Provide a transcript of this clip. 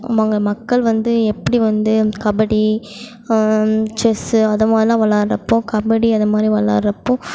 அங்கே மக்கள் வந்து எப்படி வந்து கபடி செஸ்ஸு அதுமாரிலாம் விளையாட்றப்போ கபடி அதுமாரிலாம் விளையாட்றப்போ